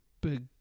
big